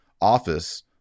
office